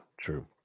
True